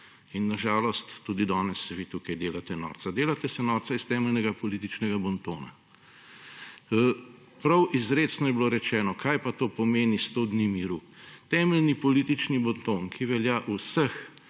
Na žalost tudi danes se vi tukaj delate norca; delate se norca iz temeljnega političnega bontona. Prav izrecno je bilo rečeno, kaj pa to pomeni sto dni miru. Temeljni politični bonton, ki velja v vseh